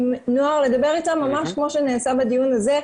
לדבר איתם כמו שנעשה בדיון הזה,